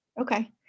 Okay